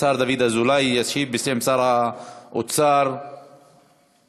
השר דוד אזולאי ישיב בשם שר האוצר, בבקשה.